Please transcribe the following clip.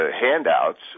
handouts